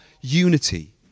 unity